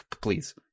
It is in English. please